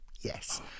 yes